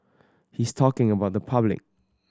he's talking about the public